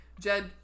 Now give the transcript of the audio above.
Jed